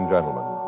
gentlemen